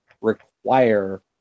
require